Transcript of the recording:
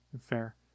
Fair